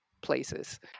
places